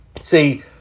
See